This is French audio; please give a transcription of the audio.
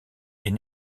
est